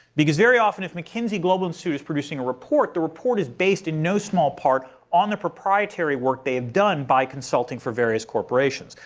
because very often, if mckinsey global institute is producing a report, the report is based in no small part on the proprietary work they have done by consulting for various corporations.